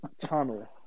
tunnel